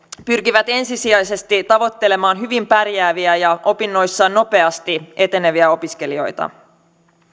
pyrkivät ensisijaisesti tavoittelemaan hyvin pärjääviä ja opinnoissaan nopeasti eteneviä opiskelijoita